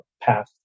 path